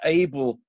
able